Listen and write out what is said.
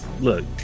look